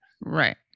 Right